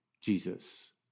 Jesus